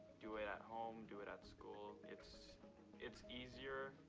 do it at home, do it at school. it's it's easier,